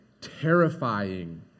terrifying